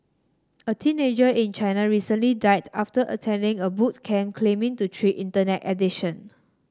a teenager in China recently died after attending a boot camp claiming to treat Internet addiction